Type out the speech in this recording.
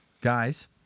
guys